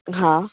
हा